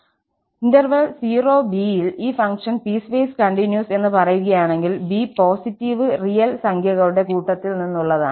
0 b ൽ ഈ function piecewise continuous എന്ന് പറയുകയാണെങ്കിൽ b പോസിറ്റീവ് റിയൽ സംഖ്യകളുടെ കൂട്ടത്തിൽ നിന്നുള്ളതാണ്